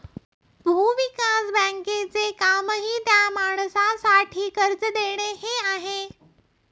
भूविकास बँकेचे कामही त्या माणसासाठी कर्ज देणे हे आहे